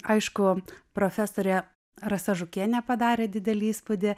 aišku profesorė rasa žukienė padarė didelį įspūdį